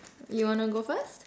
you wanna go first